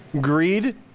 greed